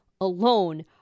alone